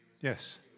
Yes